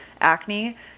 acne